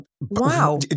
Wow